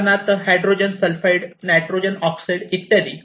उदाहरणार्थ hydrogen sulphide nitrogen oxide इत्यादी